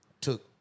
Took